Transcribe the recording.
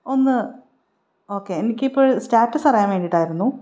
ഒന്ന് ഓക്കെ എനിക്ക് ഇപ്പോൾ സ്റ്റാറ്റസ് അറിയാൻ വേണ്ടിയിട്ടായിരുന്നു